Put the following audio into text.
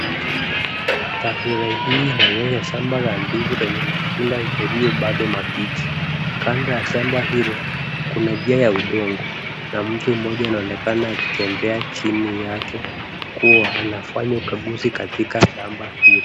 Taswira hii inaonyesha shamba la ndizi lenye matunda yaliyo bado mabichi. Kando ya shamba hilo, kuna njia ya udongo, na mtu mmoja anaonekana akitembea chini yake, kuwa anafanya ukaguzi katika shamba hilo.